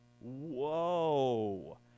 whoa